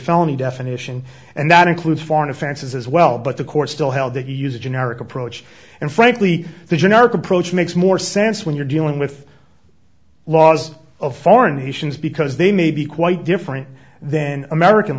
felony definition and that includes foreign offenses as well but the court still held that you use a generic approach and frankly the generic approach makes more sense when you're dealing with laws of foreign he says because they may be quite different then american